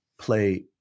play